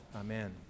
Amen